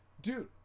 Dude